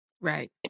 Right